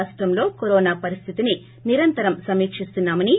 రాష్లంలో corona పరిస్థితిని నిరంతరం సమీకిస్తున్నా మని